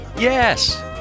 yes